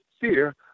fear